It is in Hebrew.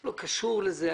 לא קשור לזה.